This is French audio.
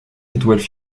étoiles